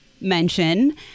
mention